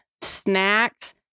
snacks